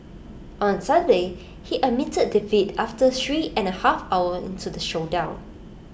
on Saturday he admitted defeat after three and A half hour into the showdown